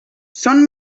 són